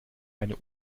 eine